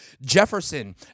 Jefferson